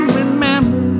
remember